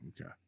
okay